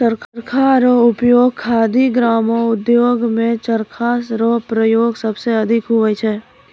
चरखा रो उपयोग खादी ग्रामो उद्योग मे चरखा रो प्रयोग सबसे अधिक हुवै छै